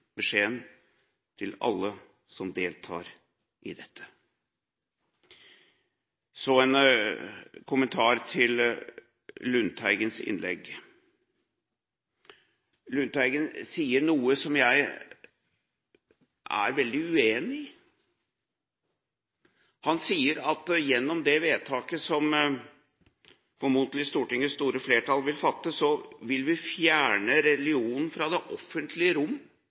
til alle som deltar i dette. Så en kommentar til Lundteigens innlegg. Lundteigen sier noe som jeg er veldig uenig i. Han sier at gjennom det vedtaket som formodentlig Stortingets store flertall vil fatte, vil vi fjerne religionen fra det offentlige rom.